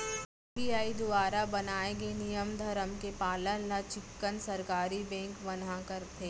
RBI दुवारा बनाए गे नियम धरम के पालन ल चिक्कन सरकारी बेंक मन ह करथे